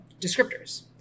descriptors